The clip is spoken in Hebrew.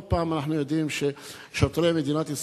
לא פעם אנחנו יודעים ששוטרי מדינת ישראל,